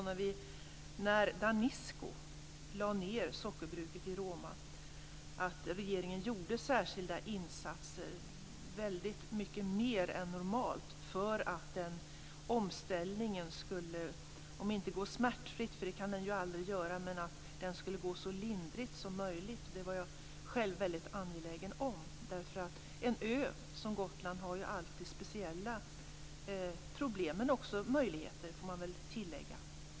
När Danisco lade ned sockerbruket i Roma gjorde regeringen särskilda insatser - väldigt mycket mer än normalt - för att omställningen skulle, om inte gå smärtfritt för det kan den ju aldrig göra, så i alla fall bli så lindrig som möjligt. Det var jag själv väldigt angelägen om. En ö som Gotland har ju alltid speciella problem, men också möjligheter får man väl tillägga.